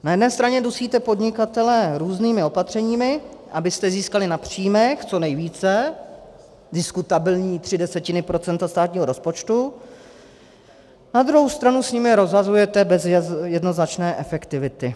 Na jedné straně dusíte podnikatele různými opatřeními, abyste získali na příjmech co nejvíce, diskutabilní tři desetiny procenta státního rozpočtu, na druhou stranu s nimi rozhazujete bez jednoznačné efektivity.